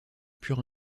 pure